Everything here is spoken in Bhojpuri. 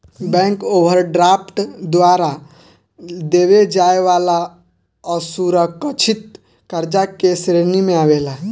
बैंक ओवरड्राफ्ट द्वारा देवे जाए वाला असुरकछित कर्जा के श्रेणी मे आवेला